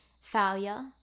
failure